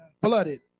blooded